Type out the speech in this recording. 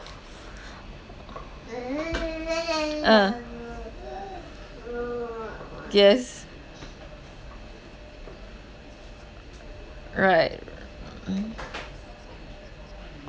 ah yes right mm